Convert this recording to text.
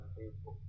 people